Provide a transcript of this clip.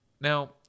now